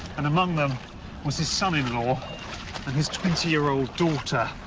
and among them was his son-in-law and his twenty year old daughter.